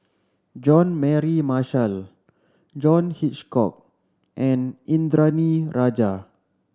Jean Mary Marshall John Hitchcock and Indranee Rajah